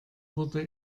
wurde